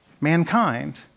mankind